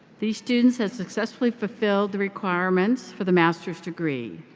these students have successfully fulfilled the requirements for the master's degree.